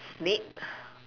snake